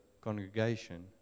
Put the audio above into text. congregation